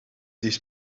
this